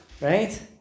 right